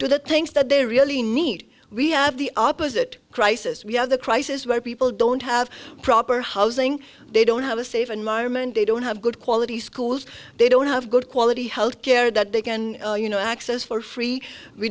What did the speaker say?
to the things that they really need we have the opposite crisis we have the crisis where people don't have proper housing they don't have a safe environment they don't have good quality schools they don't have good quality health care that they can you know access for free we